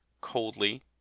coldly